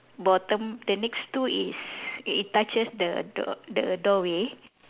bottom the next two is it it touches the the the doorway